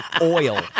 oil